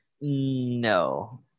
no